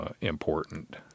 important